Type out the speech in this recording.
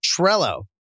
Trello